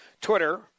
Twitter